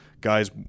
Guys